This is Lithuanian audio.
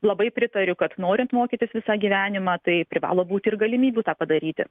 labai pritariu kad norint mokytis visą gyvenimą tai privalo būti ir galimybių tą padaryti